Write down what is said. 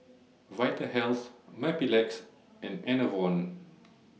Vitahealth Mepilex and Enervon